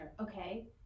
Okay